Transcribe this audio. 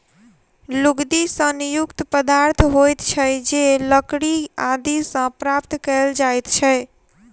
लुगदी सन युक्त पदार्थ होइत छै जे लकड़ी आदि सॅ प्राप्त कयल जाइत छै